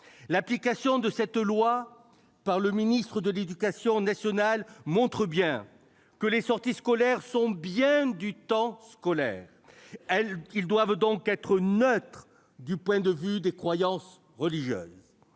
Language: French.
L'application de cette loi par le ministre de l'éducation nationale le montre : les sorties scolaires sont bel et bien du temps scolaire. Elles doivent donc être neutres du point de vue des croyances religieuses.